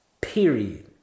period